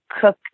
cook